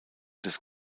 des